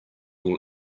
will